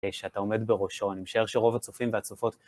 כשאתה עומד בראשו, אני משער שרוב הצופים והצופות...